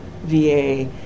VA